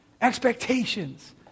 Expectations